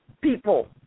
people